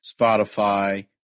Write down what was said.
Spotify